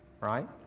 right